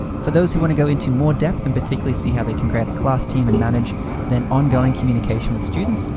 for those who wanna go into more depth than particularly see how they can grab a class team and manage the on-going communication with students,